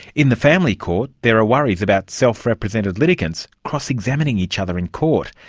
in the family court there are worries about self-represented litigants cross examining each other in court,